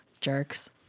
Jerks